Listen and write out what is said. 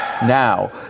now